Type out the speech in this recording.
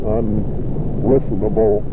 unlistenable